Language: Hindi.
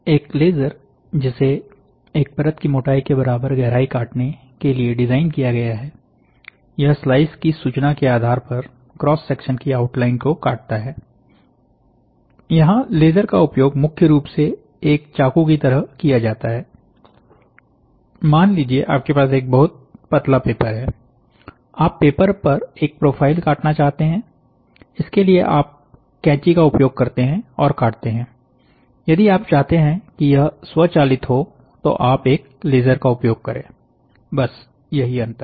एक लेजर जिसे एक परत की मोटाई के बराबर गहराई काटने के लिए डिजाइन किया गया है यह स्लाइस की सूचना के आधार पर क्रॉस सेक्शन की आउटलाइन को काटता है यहां लेजर का उपयोग मुख्य रूप से एक चाकू की तरह किया जाता है मान लीजिए आपके पास एक बहुत पतला पेपर है आप पेपर पर एक प्रोफाइल काटना चाहते हैं इसके लिए आप कैची का उपयोग करते हैं और काटते हैं यदि आप चाहते हैं कि यह स्वचालित हो तो आप एक लेजर का उपयोग करें बस यही अंतर है